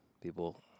people